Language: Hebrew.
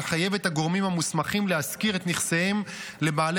ולחייב את הגורמים המוסמכים להשכיר את נכסיהם לבעלי